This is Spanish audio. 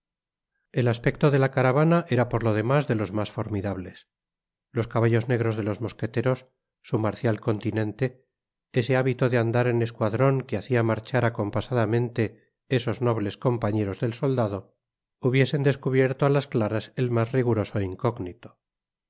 el aspecto de la caravana era por lo demás de los mas formidables los caballos negros de los mosqueteros su marcial continente ese hábito de andar en escuadron que hacia marchar acompasadamente esos nobles compañeros del soldado hubiesen descubierto á las claras el mas riguroso incógnito